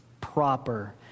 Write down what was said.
proper